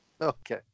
Okay